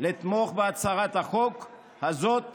לתמוך בהצעת החוק הזאת,